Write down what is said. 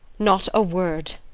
not a word!